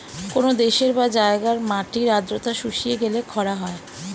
কোন দেশের বা জায়গার মাটির আর্দ্রতা শুষিয়ে গেলে খরা হয়